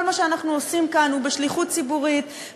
כל מה שאנחנו עושים כאן הוא בשליחות ציבורית,